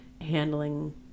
handling